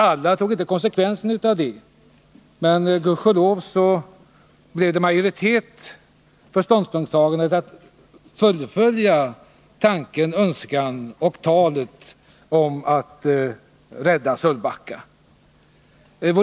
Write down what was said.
Alla tog nu inte konsekvensen av det, men gudskelov blev det majoritet för ståndpunktstagandet att fullfölja önskemålet och talet om att rädda Sölvbacka.